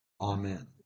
Amen